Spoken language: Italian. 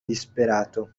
disperato